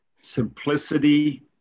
simplicity